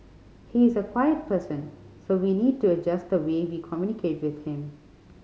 he's a quiet person so we need to adjust the way we communicate with him